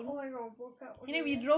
oh my god bo-kaap okay ya